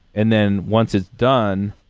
and then once it's done,